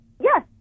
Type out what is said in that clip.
Yes